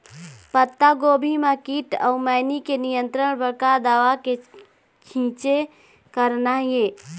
पत्तागोभी म कीट अऊ मैनी के नियंत्रण बर का दवा के छींचे करना ये?